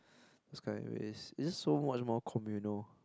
those kind where it's it's just so much more communal